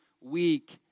weak